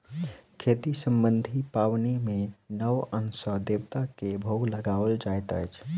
खेती सम्बन्धी पाबनि मे नव अन्न सॅ देवता के भोग लगाओल जाइत अछि